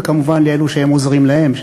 וכמובן לאלה שהם עוזרים להם,